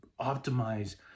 optimize